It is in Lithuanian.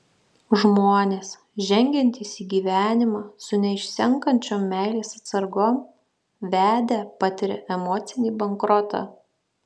žmonės žengiantys į gyvenimą su neišsenkančiom meilės atsargom vedę patiria emocinį bankrotą